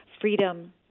Freedom